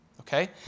Okay